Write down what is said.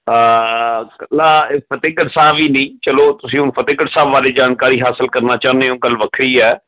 ਇਕੱਲਾ ਫਤਿਹਗੜ੍ਹ ਸਾਹਿਬ ਹੀ ਨਹੀਂ ਚਲੋ ਤੁਸੀਂ ਹੁਣ ਫਤਿਹਗੜ੍ਹ ਸਾਹਿਬ ਬਾਰੇ ਜਾਣਕਾਰੀ ਹਾਸਲ ਕਰਨਾ ਚਾਹੁੰਦੇ ਹੋ ਗੱਲ ਵੱਖਰੀ ਹੈ